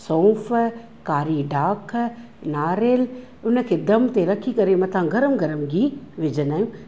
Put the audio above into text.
सौफ कारी डाख नारियलु उन खे दम ते रखी करे मथां गर्मु गर्मु गिहु विझंदा आहियूं